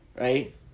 right